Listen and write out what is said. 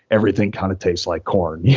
everything kind of tastes like corn. yeah